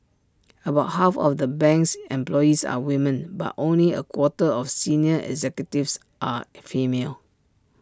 about half of the bank's employees are women but only A quarter of senior executives are female